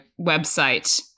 website